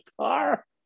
car